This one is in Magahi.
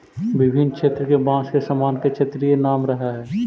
विभिन्न क्षेत्र के बाँस के सामान के क्षेत्रीय नाम रहऽ हइ